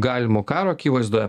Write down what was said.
galimo karo akivaizdoje